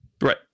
right